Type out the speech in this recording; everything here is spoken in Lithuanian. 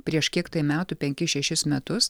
prieš kiek metų penkis šešis metus